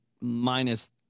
minus